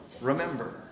remember